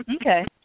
Okay